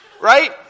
right